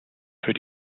für